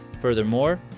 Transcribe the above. Furthermore